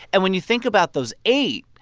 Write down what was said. and when you think about those eight,